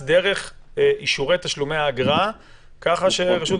שנשלטת דרך אישורי תשלומי האגרה כך שרשות